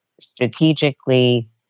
strategically